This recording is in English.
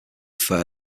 fair